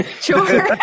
Sure